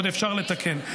עוד אפשר לתקן.